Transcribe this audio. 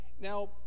Now